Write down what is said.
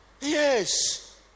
yes